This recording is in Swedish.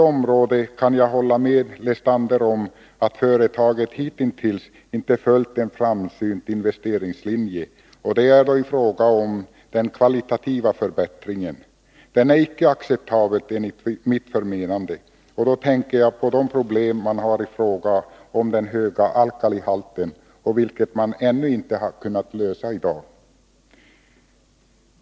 Jag kan hålla med Paul Lestander om att företaget på ett område hittills inte har följt en framsynt investeringslinje: den kvalitativa förbättringen är enligt mitt förmenande inte acceptabel. Och då tänker jag på de problem med den höga alkalihalten som ännu inte har kunnat lösas.